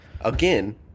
again